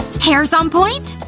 hair's on point,